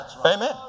Amen